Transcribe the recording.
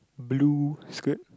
blue skirt